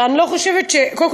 קודם כול,